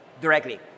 directly